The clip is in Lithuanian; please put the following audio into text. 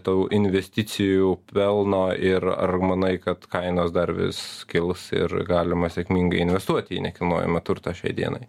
tų investicijų pelno ir ar manai kad kainos dar vis kils ir galima sėkmingai investuoti į nekilnojamą turtą šiai dienai